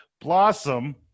Blossom